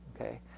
okay